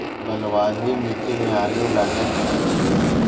बलवाही मिट्टी में आलू लागय सके छीये?